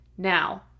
Now